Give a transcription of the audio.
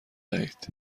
دهید